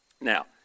Now